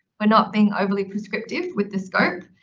we're not being overly prescriptive with the scope,